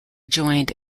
joined